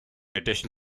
addition